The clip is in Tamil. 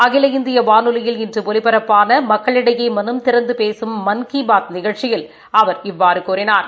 அகில இந்திய வானொலியில் இன்று ஒலிபரப்பான மக்களிடையே மனம் திறந்து பேசும் மன் கி பாத் நிகழ்ச்சியில் அவர் இவ்வாறு கூறினார்